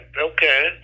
okay